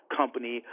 company